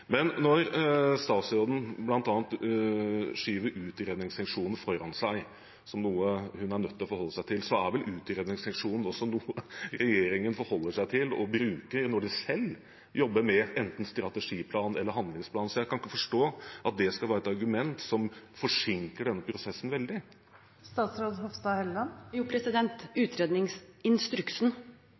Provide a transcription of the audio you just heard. Men når statsråden bl.a. skyver utredningsseksjonen foran seg som noe hun er nødt til å forholde seg til, er vel utredningsseksjonen også noe regjeringen forholder seg til – og bruker – når de selv jobber med enten strategiplan eller handlingsplan. Så jeg kan ikke forstå at det skal være et argument som forsinker denne prosessen veldig. Utredningsinstruksen